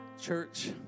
church